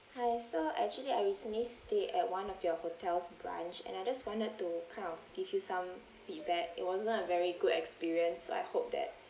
hi so actually I recently stay at one of your hotel's branch and I just wanted to kind of give you some feedback it wasn't a very good experience I hope that